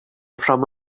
from